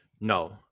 No